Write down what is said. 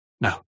No